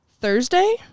Thursday